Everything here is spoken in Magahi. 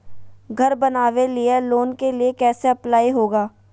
घर बनावे लिय लोन के लिए कैसे अप्लाई होगा?